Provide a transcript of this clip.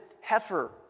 heifer